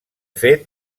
fet